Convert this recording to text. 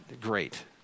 great